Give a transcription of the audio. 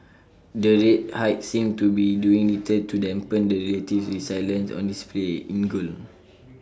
the rate hikes seem to be doing little to dampen the relative resilience on display in gold